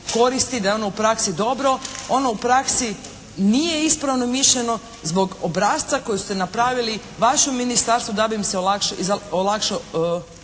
koristi, da je ono u praksi dobro. Ono u praksi nije ispravno mišljeno zbog obrasca koji ste napravili u vašem Ministarstvu da bi im se olakšao